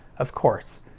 of course.